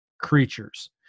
creatures